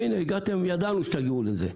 הגעתם וידענו שתגיעו לזה,